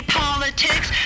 politics